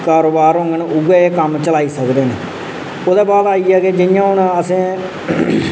कारोबार होंङन उ'ऐ एह् कम्म चलाई सकदे न ओह्दे बाद आई आ कि जि'यां हून असें